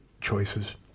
choices